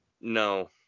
No